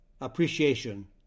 appreciation